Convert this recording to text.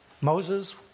Moses